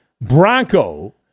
Bronco